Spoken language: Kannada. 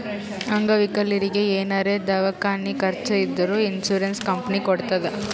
ಅಂಗವಿಕಲರಿಗಿ ಏನಾರೇ ದವ್ಕಾನಿ ಖರ್ಚ್ ಇದ್ದೂರ್ ಇನ್ಸೂರೆನ್ಸ್ ಕಂಪನಿ ಕೊಡ್ತುದ್